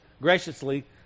graciously